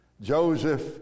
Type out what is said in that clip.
Joseph